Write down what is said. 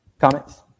Comments